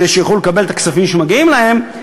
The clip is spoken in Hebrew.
כדי שיוכלו לקבל את הכספים שמגיעים להם,